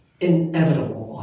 Inevitable